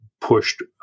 pushed